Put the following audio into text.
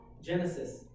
Genesis